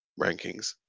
rankings